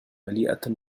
مليئة